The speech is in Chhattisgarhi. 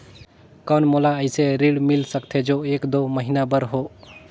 कौन मोला अइसे ऋण मिल सकथे जो एक दो महीना बर हो?